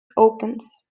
opens